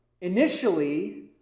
initially